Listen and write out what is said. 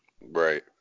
right